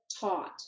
taught